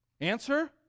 Answer